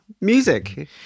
music